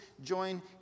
join